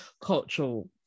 cultural